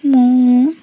ମୁଁ